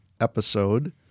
episode